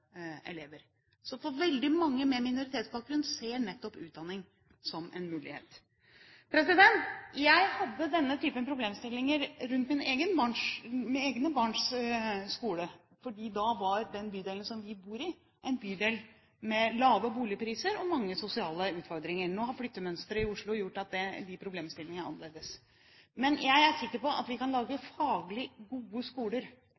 elever. Veldig mange med minoritetsbakgrunn ser nettopp utdanning som en mulighet. Jeg hadde denne typen problemstillinger rundt mine egne barns skolegang, for da var den bydelen som vi bor i, en bydel med lave boligpriser og mange sosiale utfordringer. Nå har flyttemønsteret i Oslo gjort at de problemstillingene er annerledes. Jeg er sikker på at vi kan lage faglig gode skoler,